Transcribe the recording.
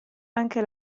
anche